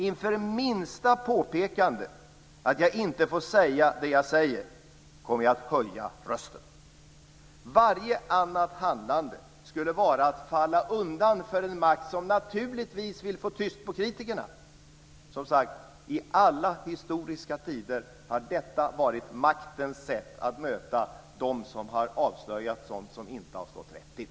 Inför minsta påpekande att jag inte får säga det jag säger, kommer jag att höja rösten. Varje annat handlande skulle vara att falla undan för en makt som naturligtvis vill få tyst på kritikerna. Som sagt, i alla historiska tider har detta varit maktens sätt att möta de som har avslöjat sådant som inte har stått rätt till.